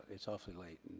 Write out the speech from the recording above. it's awfully late.